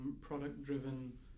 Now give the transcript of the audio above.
product-driven